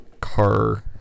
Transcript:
car